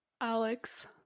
Alex